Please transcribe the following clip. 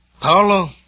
Paolo